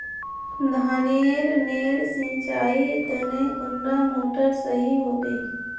धानेर नेर सिंचाईर तने कुंडा मोटर सही होबे?